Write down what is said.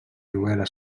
novel·la